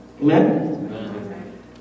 Amen